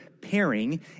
pairing